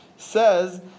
Says